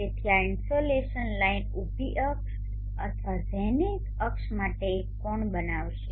તેથી આ insolation line ઉભી અક્ષ અથવા ઝેનિથ અક્ષ માટે એક કોણ બનાવશે